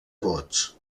vots